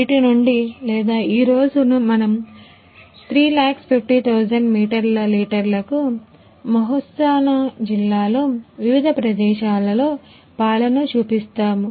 వీటి నుండి లేదా ఈ రోజు మనం 350000 మీటర్ల లీటరుకు మెహ్సానా జిల్లాలో వివిధ ప్రదేశాలలో పాలను చుపిస్తాము